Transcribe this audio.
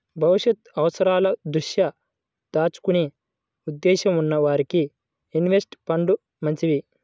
భవిష్యత్తు అవసరాల దృష్ట్యా దాచుకునే ఉద్దేశ్యం ఉన్న వారికి ఇన్వెస్ట్ ఫండ్లు మంచివి